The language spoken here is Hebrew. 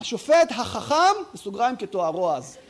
השופט החכם, בסוגריים, כתוארו אז